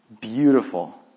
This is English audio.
beautiful